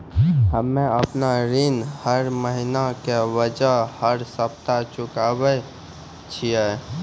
हम्मे आपन ऋण हर महीना के जगह हर सप्ताह चुकाबै छिये